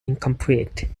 incomplete